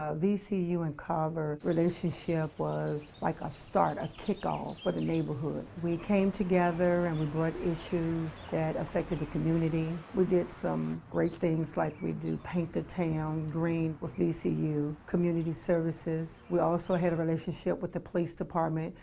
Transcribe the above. ah vcu and carver's relationship was like a start, a kick-off for the neighborhood. we came together and we brought issues that affected the community. we did some great things, like we do paint the town green with vcu community services. we also had a relationship with the police department.